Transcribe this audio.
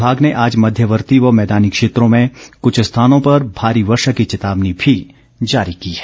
विभाग ने आज मध्यवर्ती व मैदानी क्षेत्रों में कुछ स्थानों पर भारी वर्षा की चेतावनी भी जारी की है